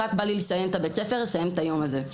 רק בא לי לסיים את בית הספר ולסיים את היום הזה.